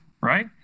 right